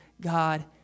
God